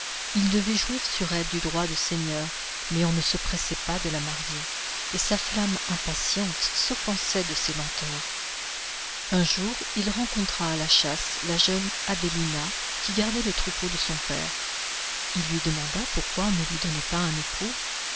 il devait jouir sur elle du droit de seigneur mais on ne se pressait pas de la marier et sa flamme impatiente s'offensait de ces lenteurs un jour il rencontra à la chasse la jeune abélina qui gardait les troupeaux de son père il lui demanda pourquoi on ne lui donnait pas un époux